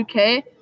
UK